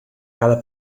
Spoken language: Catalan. cada